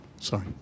Sorry